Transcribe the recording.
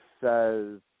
says